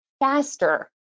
faster